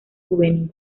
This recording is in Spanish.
juvenil